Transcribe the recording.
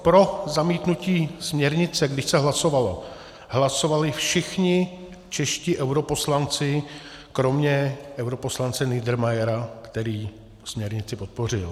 Pro zamítnutí směrnice, když se hlasovalo, hlasovali všichni čeští europoslanci kromě europoslance Niedermayera, který směrnici podpořil.